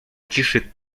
ciszy